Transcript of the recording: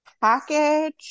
package